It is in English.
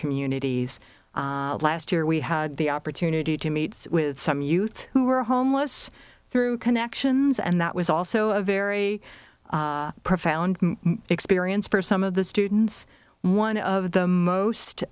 communities last year we had the opportunity to meet with some youth who were homeless through connections and that was also a very profound experience for some of the students one of the most